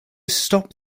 stop